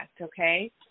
Okay